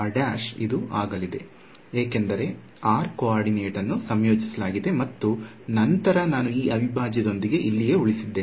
ಆದ್ದರಿಂದ ಇದು ಆಗಲಿದೆ ಏಕೆಂದರೆ r ಕೋಆರ್ಡಿನೇಟ್ ಅನ್ನು ಸಂಯೋಜಿಸಲಾಗಿದೆ ಮತ್ತು ನಂತರ ನಾನು ಈ ಅವಿಭಾಜ್ಯದೊಂದಿಗೆ ಇಲ್ಲಿಯೇ ಉಳಿದಿದ್ದೇನೆ